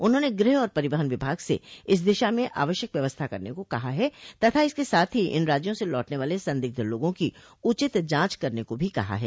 उन्होंने गृह और परिवहन विभाग से इस दिशा में आवश्यक व्यवस्था करने को कहा है तथा इसके साथ ही इन राज्यों से लौटने वाले संदिग्ध लोगों की उचित जांच करने को भी कहा है